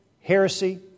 heresy